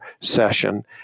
session